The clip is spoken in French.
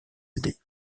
aider